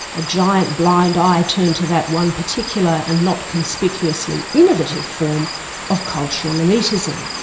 a giant blind eye turned to that one particular and not conspicuously innovative form of cultural elitism.